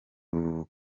avuze